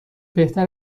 بهتر